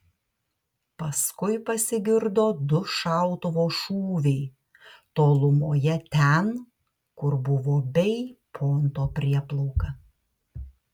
paskui pasigirdo du šautuvo šūviai tolumoje ten kur buvo bei pointo prieplauka